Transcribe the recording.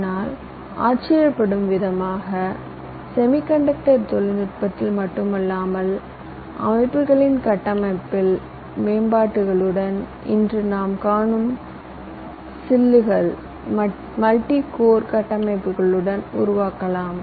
ஆனால் ஆச்சரியப்படும் விதமாக செமிகண்டக்டர் தொழில்நுட்பத்தில் மட்டுமல்லாமல் அமைப்புகளின் கட்டமைப்பில் மேம்பாடுகளுடன் இன்று நாம் காணும் சில்லுகள் மல்டி கோர் கட்டமைப்புகளுடன் உருவாக்கலாம்